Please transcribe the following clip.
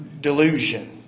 delusion